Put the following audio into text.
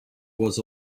was